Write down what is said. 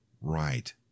Right